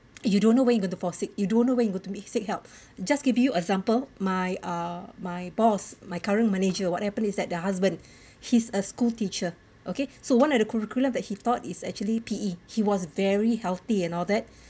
you don't know when you going to fall sick you don't know when you got to be seek help just give you an example my uh my boss my current manager what happened is that the husband he's a school teacher okay so one of the curriculum that he taught is actually P_E he was very healthy and all that